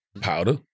Powder